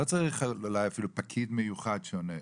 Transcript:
לא צריך אולי אפילו פקיד מיוחד שעונה,